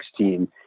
2016